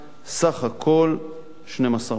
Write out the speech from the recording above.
סך הכול 12 מיליון שקלים.